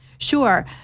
Sure